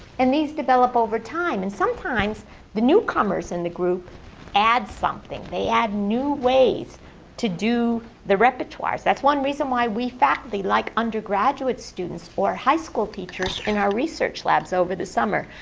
and these develop over time, and sometimes the newcomers in the group add something. they add new ways to do the repertoires. that's one reason why we faculty like undergraduate students or high school teachers in our research labs over the summer.